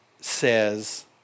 says